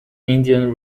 indian